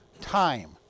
time